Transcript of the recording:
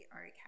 okay